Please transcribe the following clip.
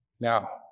Now